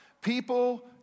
People